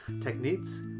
techniques